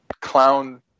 clown